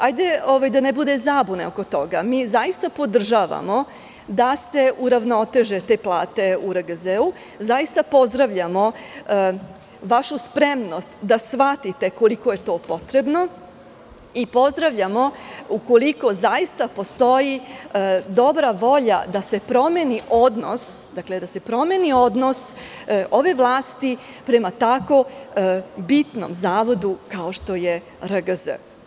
Hajde da ne bude zabune oko toga, mi zaista podržavamo da se u ravnoteže te plate u RGZ i zaista pozdravljamo vašu spremnost da shvatite koliko je to potrebno i pozdravljamo ukoliko zaista postoji dobra volja da se promeni odnos ove vlasti prema tako bitnom zavodu kao što je RGZ.